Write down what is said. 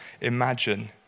imagine